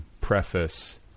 Preface